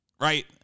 right